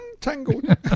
tangled